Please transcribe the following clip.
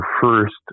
first